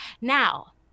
now